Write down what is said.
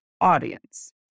audience